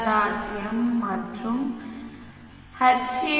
m wv India